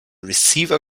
receiver